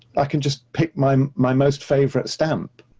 i can just pick my my most favorite stamp,